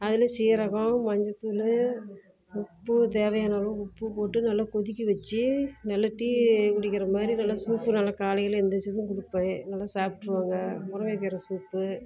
அதில் சீரகம் மஞ்சத்தூள் உப்பு தேவையான அளவுக்கு உப்பு போட்டு நல்லா கொதிக்க வச்சு நல்லா டீ குடிக்கிற மாதிரி நல்லா சூப்பு நல்லா காலையில் எழுந்திரிச்சதும் கொடுப்பேன் நல்லா சாப்பிட்ருவாங்க முருங்கைக்கீரை சூப்பு